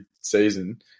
season